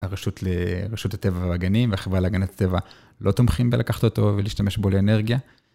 הרשות ל... רשות הטבע והגנים והחברה להגנת טבע לא תומכים בלקחת אותו ולהשתמש בו לאנרגייה.